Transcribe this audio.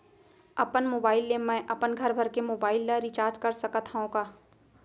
अपन मोबाइल ले मैं अपन घरभर के मोबाइल ला रिचार्ज कर सकत हव का?